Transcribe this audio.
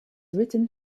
written